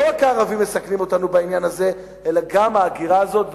לא רק הערבים מסכנים אותנו בעניין הזה אלא גם ההגירה הזאת,